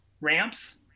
ramps